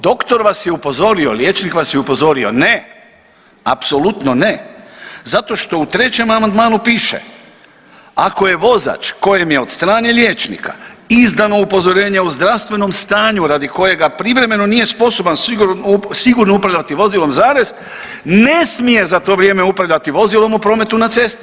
Doktor vas je upozorio, liječnik vas je upozorio, ne, apsolutno ne, zato što u 3. amandmanu piše, ako je vozač kojem je od strane liječnika izdano upozorenje o zdravstvenom stanju radi kojega privremeno nije sposoban sigurno upravljati vozilo zarez ne smije za to vrijeme upravljati vozilom u prometu na cesti.